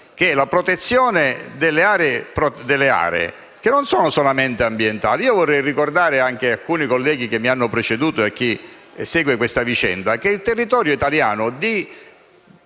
per la protezione di aree che non sono solamente ambientali. Vorrei infatti ricordare ad alcuni colleghi che mi hanno preceduto, e a chi segue questa vicenda, che il territorio italiano ha